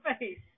face